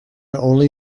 only